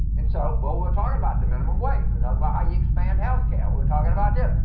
and so what we're talking about the minimum wage and like about how you expand health care we're talking about debt.